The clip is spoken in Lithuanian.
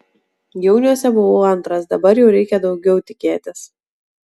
jauniuose buvau antras dabar jau reikia daugiau tikėtis